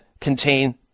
contain